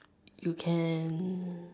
you can